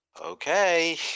okay